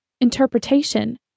interpretation